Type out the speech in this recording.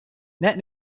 net